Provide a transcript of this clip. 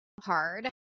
hard